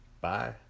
Bye